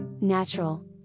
natural